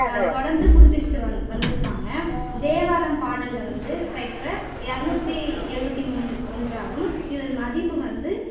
தொடர்ந்துப் புதுப்பிச்சுட்டு வந்து வந்திருக்காங்க தேவாரம் பாடலில் வந்து பெற்ற எரநூத்தி எழுபத்தி மூணில் ஒன்றாகும் இதன் மதிப்பு வந்து